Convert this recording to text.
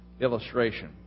illustration